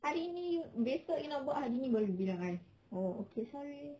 hari ni besok you nak buat baru you bilang I oh okay sorry